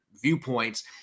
Viewpoints